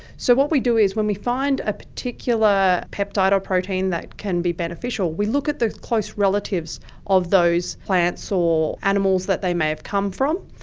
so what we do is when we find a particular peptide or protein that can be beneficial we look at the close relatives of those plants or animals that they may have come from,